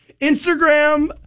Instagram